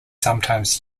sometimes